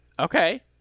Okay